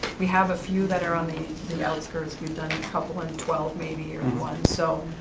we have a few that are on the the outskirts. we've done a couple and twelve maybe year one so,